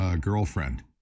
girlfriend